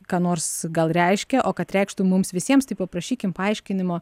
ką nors gal reiškia o kad reikštų mums visiems tai paprašykim paaiškinimo